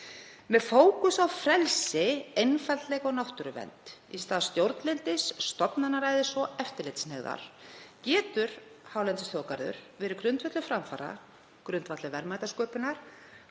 Með fókus á frelsi, einfaldleika og náttúruvernd í stað stjórnlyndis, stofnanaræðis og eftirlitshneigðar getur hálendisþjóðgarður verið grundvöllur framfara, grundvöllur verðmætasköpunar,